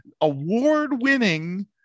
award-winning